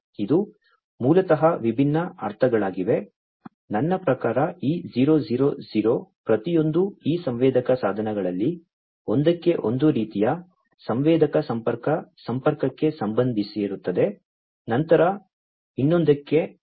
ಇವು ಮೂಲತಃ ವಿಭಿನ್ನ ಅರ್ಥಗಳಾಗಿವೆ ನನ್ನ ಪ್ರಕಾರ ಈ 000 ಪ್ರತಿಯೊಂದೂ ಈ ಸಂವೇದಕ ಸಾಧನಗಳಲ್ಲಿ ಒಂದಕ್ಕೆ ಒಂದು ರೀತಿಯ ಸಂವೇದಕ ಸಂಪರ್ಕ ಸಂಪರ್ಕಕ್ಕೆ ಸಂಬಂಧಿಸಿರುತ್ತದೆ ನಂತರ ಇನ್ನೊಂದಕ್ಕೆ 011